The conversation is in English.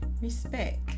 Respect